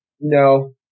No